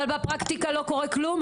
אבל בפרקטיקה לא קורה כלום?